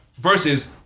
Versus